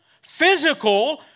physical